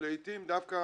לעתים דווקא